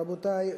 רבותי,